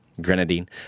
Grenadine